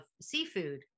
seafood